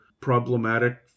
problematic